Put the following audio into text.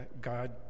God